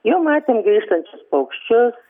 jau matėm grįžtančius paukščius